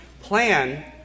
plan